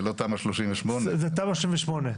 זה לא תמ"א 38. זה תמ"א 38,